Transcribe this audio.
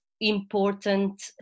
important